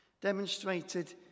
demonstrated